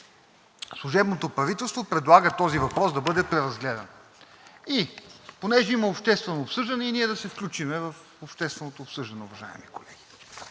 служебното правителство предлага този въпрос да бъде преразгледан. И понеже има обществено обсъждане и ние да се включим в общественото обсъждане, уважаеми колеги.